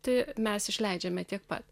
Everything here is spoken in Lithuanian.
tai mes išleidžiame tiek pat